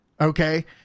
okay